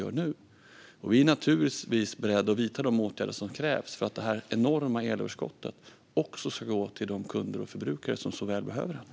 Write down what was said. Regeringen är naturligtvis beredd att vidta de åtgärder som krävs för att det enorma elöverskottet också ska gå till de kunder och brukare som så väl behöver det.